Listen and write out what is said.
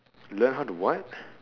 learn how to what